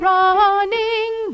running